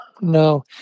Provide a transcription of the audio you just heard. no